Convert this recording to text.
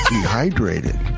dehydrated